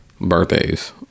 birthdays